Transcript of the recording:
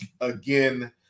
again